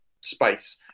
space